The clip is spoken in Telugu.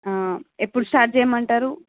ఆ ఎప్పుడు స్టార్ట్ చేయమంటారు